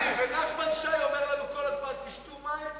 ונחמן שי אומר לנו כל הזמן: תשתו מים,